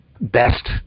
best